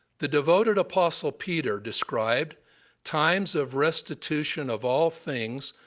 the devoted apostle peter described times of restitution of all things.